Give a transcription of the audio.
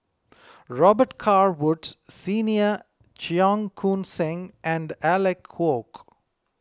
Robet Carr Woods Senior Cheong Koon Seng and Alec Kuok